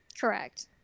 Correct